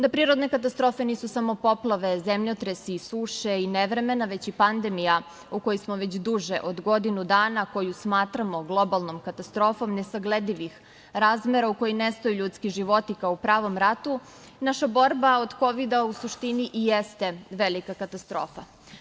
Da prirodne katastrofe nisu samo poplave, zemljotresi, suše i nevremena, već i pandemija u kojoj smo već duže od godinu dana, koju smatramo globalnom katastrofom nesagledivih razmera, u kojoj nestaju ljudski životi kao u pravom ratu, naša borba protiv Kovida u suštini i jeste velika katastrofa.